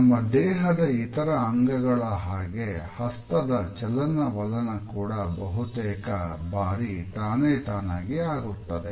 ನಮ್ಮ ದೇಹದ ಇತರ ಅಂಗಗಳ ಹಾಗೆ ಹಸ್ತದ ಚಲನವಲನ ಕೂಡ ಬಹುತೇಕ ಬಾರಿ ತಾನೇತಾನಾಗಿ ಆಗುತ್ತದೆ